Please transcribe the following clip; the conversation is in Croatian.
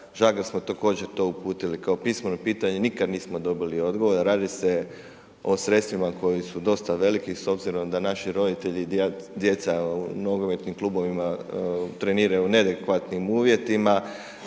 također to uputili kao pismeno pitanje, nikada nismo dobili odgovor. Radi se o sredstvima koji su dosta veliki s obzirom da naši roditelji, djeca u nogometnim klubovima treniraju u neadekvatnim uvjetima